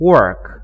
Work